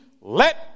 let